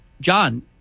John